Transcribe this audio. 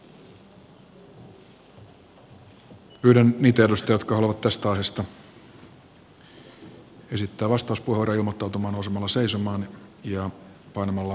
pyydän niitä edustajia jotka haluavat tästä aiheesta esittää vastauspuheenvuoron ilmoittautumaan nousemalla seisomaan ja painamalla v nappia